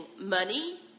money